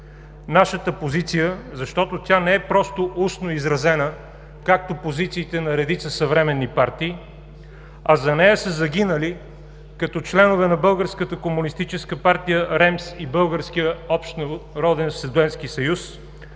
нашата позиция. Защото тя не е просто устно изразена, както позициите на редица съвременни партии, а за нея са загинали като членове на Българската